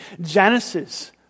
Genesis